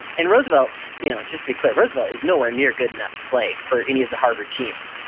and roosevelt you know just to be clear, roosevelt is nowhere near good enough to play for any of the harvard teams.